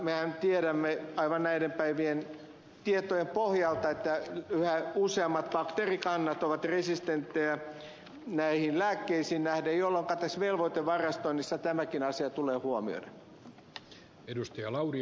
mehän tiedämme aivan näiden päivien tietojen pohjalta että yhä useammat bakteerikannat ovat resistenttejä näihin lääkkeisiin nähden jolloinka tässä velvoitevarastoinnissa tämäkin asia tulee huomioida